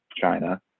China